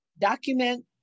document